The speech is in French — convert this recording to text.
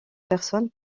personne